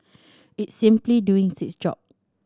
it's simply doing its job